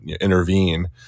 intervene